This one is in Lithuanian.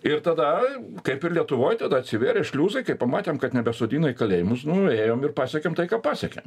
ir tada kaip ir lietuvoj tada atsivėrė šliuzai kai pamatėm kad nebesodina į kalėjimus nu ėjom ir pasiekėm tai ką pasiekėm